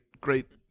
great